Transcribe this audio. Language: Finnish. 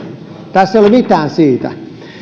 tässä ei ole mitään siitä